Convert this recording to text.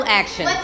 action